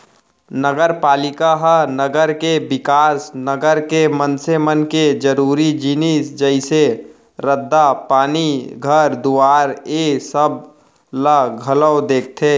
नगरपालिका ह नगर के बिकास, नगर के मनसे मन के जरुरी जिनिस जइसे रद्दा, पानी, घर दुवारा ऐ सब ला घलौ देखथे